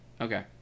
Okay